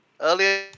earlier